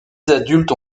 adultes